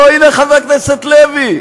או, הנה חבר כנסת לוי.